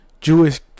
Jewish